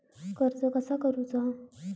कर्ज कसा करूचा?